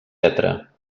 etc